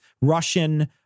Russian